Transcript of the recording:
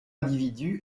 individus